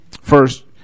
first